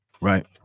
right